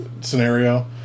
scenario